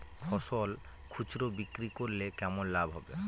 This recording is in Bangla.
ফসল খুচরো বিক্রি করলে কেমন লাভ হবে?